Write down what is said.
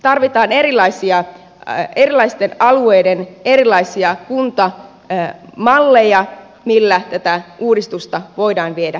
tarvitaan erilaisten alueiden erilaisia kuntamalleja millä tätä uudistusta voidaan viedä eteenpäin